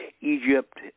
Egypt